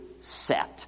set